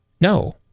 no